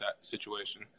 situation